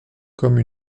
comme